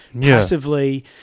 passively